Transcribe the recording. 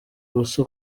ubusa